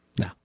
no